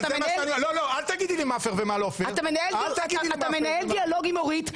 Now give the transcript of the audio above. אתה מנהל דיאלוג עם אורית,